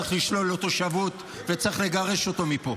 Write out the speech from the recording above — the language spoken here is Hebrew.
צריך לשלול לו תושבות וצריך לגרש אותו מפה.